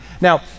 Now